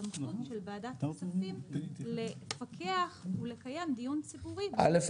סמכות ועדת הכספים לפקח ולקיים דיון ציבורי בנושא הזה זה הכול.